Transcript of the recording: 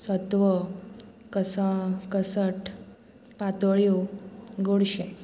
सत्व कसा कसठ पातोळ्यो गोडशें